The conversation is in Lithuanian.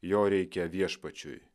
jo reikia viešpačiui